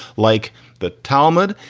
like the talmud.